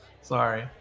Sorry